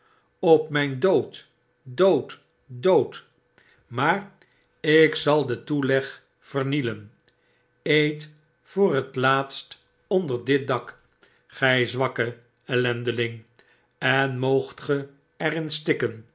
op mijn dood dood dood maar ik zal den toeieg vernielen eet voor het laatst onder dit dak gij zwakke ellendeling en moogt ge er in stikken